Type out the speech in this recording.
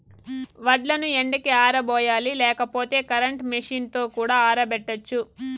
వడ్లను ఎండకి ఆరబోయాలి లేకపోతే కరెంట్ మెషీన్ తో కూడా ఆరబెట్టచ్చు